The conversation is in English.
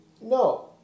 No